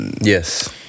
Yes